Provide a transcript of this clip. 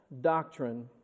doctrine